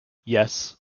yes